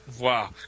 Wow